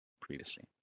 previously